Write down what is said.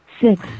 six